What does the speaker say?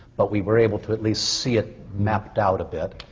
but we were able to at least see it mapped out a bit.